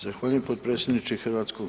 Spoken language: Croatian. Zahvaljujem potpredsjedniče HS.